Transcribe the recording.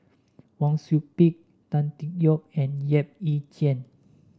Wang Sui Pick Tan Tee Yoke and Yap Ee Chian